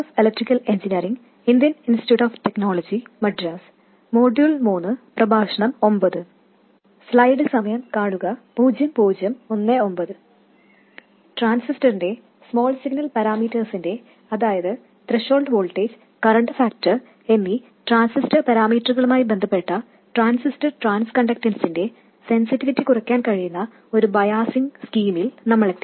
ട്രാൻസിസ്റ്ററിന്റെ small signal പരാമീറ്ററ്റേഴ്സിന്റെ അതായത് ത്രെഷോൾഡ് വോൾട്ടേജ് കറൻറ് ഫാക്ടർ എന്നീ ട്രാൻസിസ്റ്റർ പരാമീറ്ററുകളുമായി ബന്ധപ്പെട്ട ട്രാൻസിസ്റ്റർ ട്രാൻസ്കണ്ടക്റ്റൻസിന്റെ സെൻസിറ്റിവിറ്റി കുറയ്ക്കാൻ കഴിയുന്ന ഒരു ബയാസിങ് സ്കീമിൽ നമ്മളെത്തി